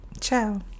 Ciao